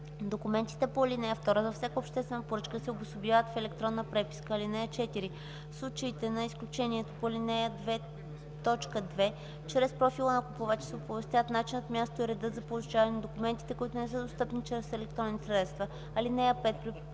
Документите по ал. 2 за всяка обществена поръчка се обособяват в електронна преписка. (4) В случаите на изключението по ал. 2, т. 2 чрез профила на купувача се оповестяват начинът, мястото и редът за получаване на документите, които не са достъпни чрез електронни средства. (5)